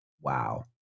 Wow